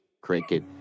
cricket